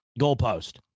goalpost